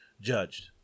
judged